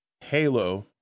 Halo